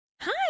hi